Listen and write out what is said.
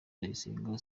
ndayisenga